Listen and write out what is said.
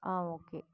Aam okay